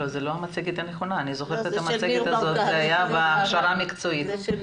אבל לחברי הכנסת יש את זה בטאבלטים אז אתם יכולים בינתיים להשתמש בזה.